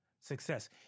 success